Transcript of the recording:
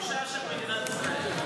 ותיכנס לספר הבושה של מדינת ישראל.